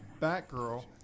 Batgirl